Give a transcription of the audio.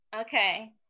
Okay